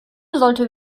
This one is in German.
sollte